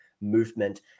movement